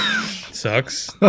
sucks